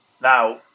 now